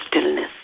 stillness